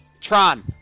Tron